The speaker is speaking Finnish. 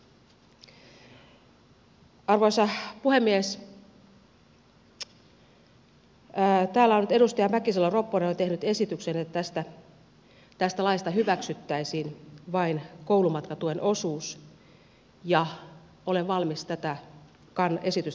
täällä on nyt edustaja mäkisalo ropponen tehnyt esityksen että tästä laista hyväksyttäisiin vain koulumatkatuen osuus ja olen valmis tätä esitystä kannattamaan